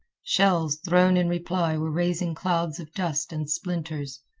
shells thrown in reply were raising clouds of dust and splinters.